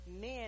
men